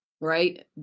Right